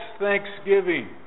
thanksgiving